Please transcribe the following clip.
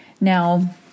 Now